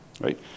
right